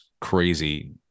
crazy